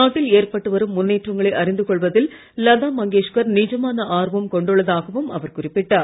நாட்டில் ஏற்பட்டு வரும் முன்னேற்றங்களை அறிந்து கொள்வதில் லதா மங்கேஷ்கர் நிஜமான ஆர்வம் கொண்டுள்ளதாகவும் அவர் குறிப்பிட்டார்